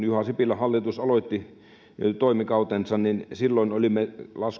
juha sipilän hallitus aloitti toimikautensa niin silloin olimme